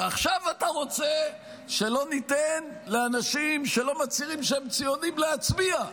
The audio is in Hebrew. ועכשיו אתה רוצה שלא ניתן לאנשים שלא מצהירים שהם ציונים להצביע.